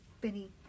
Benny